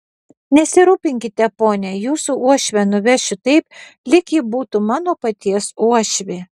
nesirūpinkite pone jūsų uošvę nuvešiu taip lyg ji būtų mano paties uošvė